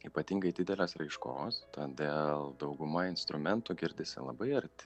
ypatingai didelės raiškos todėl dauguma instrumentų girdisi labai arti